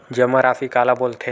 जमा राशि काला बोलथे?